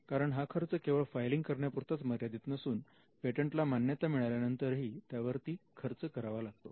कारण हा खर्च केवळ फायलिंग करण्यापुरताच मर्यादित नसून पेटंटला मान्यता मिळाल्यानंतर ही त्यावर ती खर्च करावा लागतो